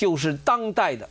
children tongue tied